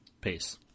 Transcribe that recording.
Peace